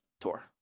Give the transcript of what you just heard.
tour